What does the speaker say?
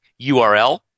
URL